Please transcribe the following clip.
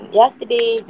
yesterday